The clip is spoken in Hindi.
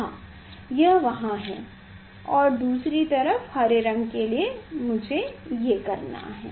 हाँ यह वहाँ है और दूसरी तरफ हरे रंग के लिए मुझे ये करनी है